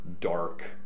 dark